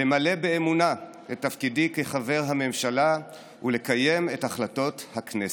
למלא באמונה את תפקידי כחבר הממשלה ולקיים את החלטות הכנסת.